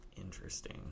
interesting